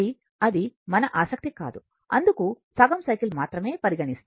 కాబట్టి అది మన ఆసక్తి కాదు అందుకు సగం సైకిల్ మాత్రమే పరిగణిస్తాము